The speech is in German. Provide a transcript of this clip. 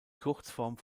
kurzform